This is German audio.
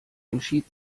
entschied